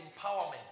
empowerment